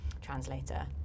translator